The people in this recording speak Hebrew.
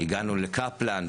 הגענו לקפלן,